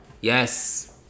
Yes